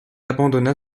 abandonna